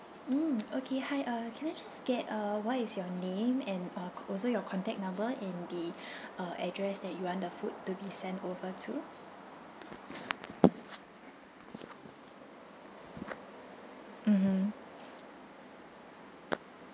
mm okay hi uh can I just get uh what is your name and uh co~ also your contact number and the uh address that you want the food to be sent over to mmhmm